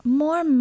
more